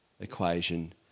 equation